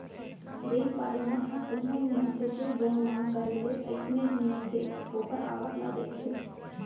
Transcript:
bank वाले मन ह कोनो भी मनसे के लोन मांग करे ले अइसने ही नइ दे ओखर आवक ल देखथे